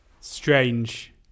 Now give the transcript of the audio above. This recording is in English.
strange